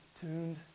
tuned